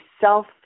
self